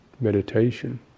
meditation